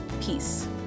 Peace